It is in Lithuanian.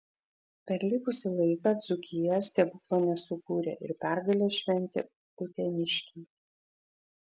per likusį laiką dzūkija stebuklo nesukūrė ir pergalę šventė uteniškiai